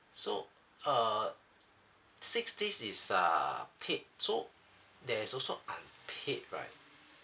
so uh six days is uh paid so there's also unpaid right